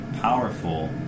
powerful